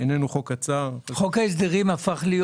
איננו חוק קצר -- חוק ההסדרים הפך להיות